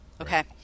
Okay